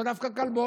לאו דווקא כלבות.